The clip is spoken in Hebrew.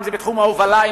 אם זה בתחומי ההובלה,